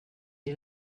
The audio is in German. die